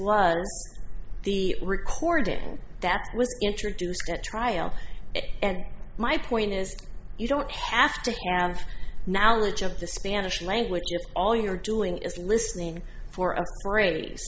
was the recording that was introduced at trial and my point is you don't have to have knowledge of the spanish language all you're doing is listening for